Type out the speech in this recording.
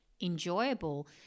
enjoyable